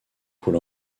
coule